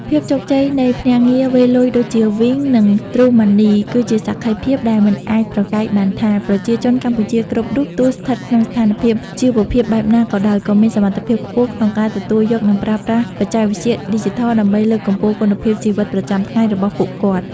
ភាពជោគជ័យនៃភ្នាក់ងារវេរលុយដូចជា វីង (Wing) និង ទ្រូម៉ាន់នី (TrueMoney) គឺជាសក្ខីភាពដែលមិនអាចប្រកែកបានថា ប្រជាជនកម្ពុជាគ្រប់រូប ទោះស្ថិតក្នុងស្ថានភាពជីវភាពបែបណាក៏ដោយ ក៏មានសមត្ថភាពខ្ពស់ក្នុងការទទួលយក និងប្រើប្រាស់បច្ចេកវិទ្យាឌីជីថល ដើម្បីលើកកម្ពស់គុណភាពជីវិតប្រចាំថ្ងៃរបស់ពួកគាត់។